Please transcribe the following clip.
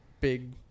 big